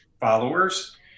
followers